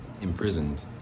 imprisoned